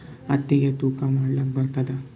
ಹತ್ತಿಗಿ ತೂಕಾ ಮಾಡಲಾಕ ಬರತ್ತಾದಾ?